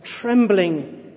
trembling